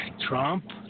Trump